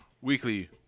weekly